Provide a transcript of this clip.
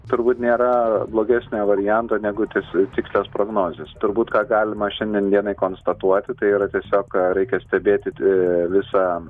turbūt nėra blogesnio varianto negu tis tikslios prognozės turbūt ką galima šiandien dienai konstatuoti tai yra tiesiog reikia stebėti visą